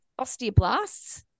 osteoblasts